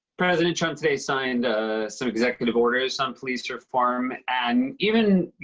president trump today signed some executive orders on police reform. and even, you